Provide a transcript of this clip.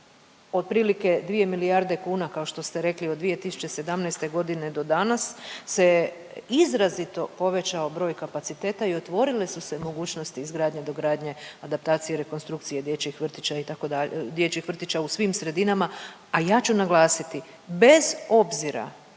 otprilike 2 milijarde kuna, kao što ste rekli od 2017. g. do danas se izrazito povećao broj kapaciteta i otvorile su se mogućnost izgradnje, dogradnje, adaptacije, rekonstrukcije dječjih vrtića, itd., dječjih vrtića u svim sredinama, a ja ću naglasiti, bez obzira